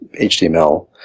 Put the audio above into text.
HTML